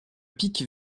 pic